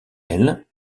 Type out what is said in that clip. elle